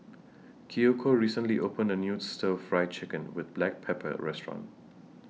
Kiyoko recently opened A New Stir Fry Chicken with Black Pepper Restaurant